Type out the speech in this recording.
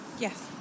Yes